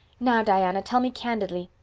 now, diana, tell me candidly,